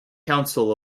counsel